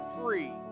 free